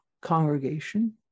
congregation